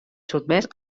sotmès